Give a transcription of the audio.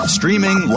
streaming